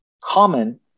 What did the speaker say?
common